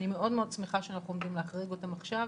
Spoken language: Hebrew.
ואני מאוד מאוד שמחה שאנחנו עומדים להחריג אותם עכשיו.